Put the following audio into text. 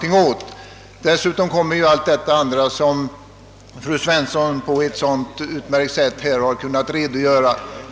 Till detta kommer allt det som fru Svensson här på ett utmärkt sätt har redogjort för.